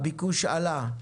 הביקוש עלה,